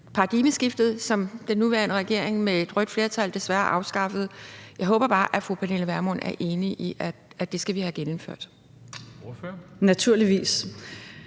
paradigmeskiftet, og som den nuværende regering med et rødt flertal desværre afskaffede – jeg håber bare, at fru Pernille Vermund er enig i, at det skal vi have genindført.